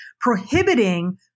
prohibiting